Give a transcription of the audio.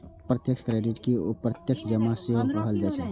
प्रत्यक्ष क्रेडिट कें प्रत्यक्ष जमा सेहो कहल जाइ छै